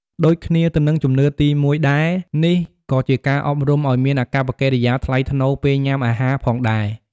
ដូចគ្នាទៅនឹងជំនឿទី១ ដែរ នេះក៏ជាការអប់រំឲ្យមានអាកប្បកិរិយាថ្លៃថ្នូរពេលញ៉ាំអាហារផងដែរ។